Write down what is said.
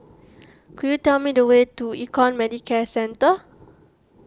could you tell me the way to Econ Medicare Centre